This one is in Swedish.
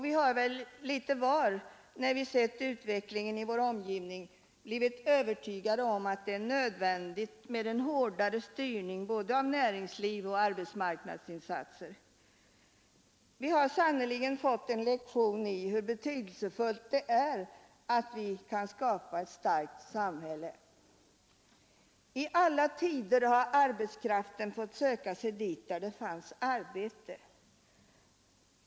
Vi har väl litet var när vi sett utvecklingen i vår omgivning blivit övertygade om att det är nödvändigt med en hårdare styrning både av näringsliv och av arbetsmarknadsinsatser. Vi har sannerligen fått en lektion i hur betydelsefullt det är att vi kan skapa ett starkt samhälle. I alla tider har arbetskraften fått söka sig dit där det fanns arbete.